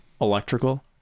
electrical